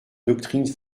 doctrine